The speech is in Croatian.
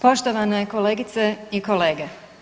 Poštovane kolegice i kolege.